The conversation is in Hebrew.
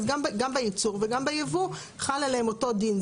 אז גם בייצור וגם בייבוא חל עליהם אותו דין.